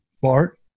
Bart